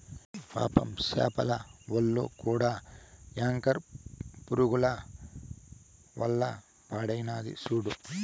పాపం సేపల ఒల్లు కూడా యాంకర్ పురుగుల వల్ల పాడైనాది సూడు